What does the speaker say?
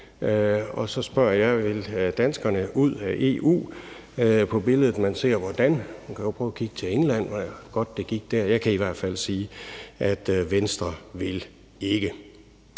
og så spørger jeg: Vil danskerne ud af EU på billedet, man ser, og hvordan? Man kan jo prøve at kigge til England, og hvor godt det gik dér. Jeg kan i hvert fald sige, at Venstre vil ikke.